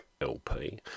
LP